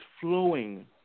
flowing